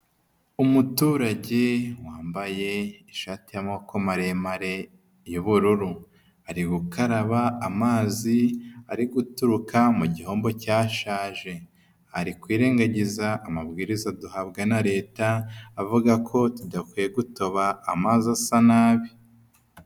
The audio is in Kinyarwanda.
Umuturage wambaye ishati y'amaboko maremare y'ubururu, ari gukaraba amazi ari guturuka mu gihombo cyashaje, arikwirengagiza amabwiriza duhabwa na leta avuga ko tudakwiye gutoba amazi asa nabi.